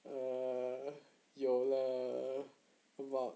err 有了 about